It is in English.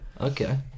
Okay